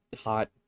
hot